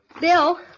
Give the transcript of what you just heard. Bill